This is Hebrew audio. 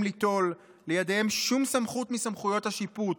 ליטול לידיהם שום סמכות מסמכויות השיפוט,